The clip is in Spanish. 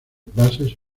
bases